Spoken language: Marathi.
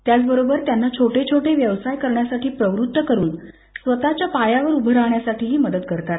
त्याचा बरोबर त्यांना छोटे छोटे व्यवसाय करण्यासाठी प्रवृत्त करून स्वतच्या पायावर उभ राहण्यासाठीही मदत करतात